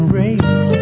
race